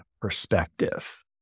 perspective